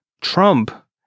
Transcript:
Trump